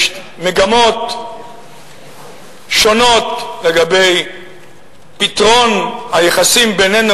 יש מגמות שונות לגבי פתרון היחסים בינינו